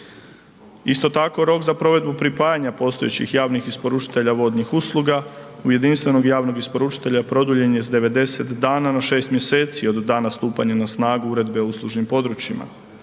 Isto tako rok za provedbu pripajanja postojećih javnih isporučitelja vodnih usluga u jedinstvenog i javnog isporučitelja produljen je sa 90 dana na 6 mjeseci od dana stupanja na snagu Uredbe o uslužnim područjima.